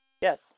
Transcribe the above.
Yes